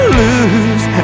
lose